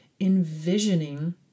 envisioning